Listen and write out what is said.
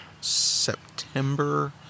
September